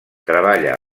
treballa